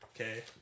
Okay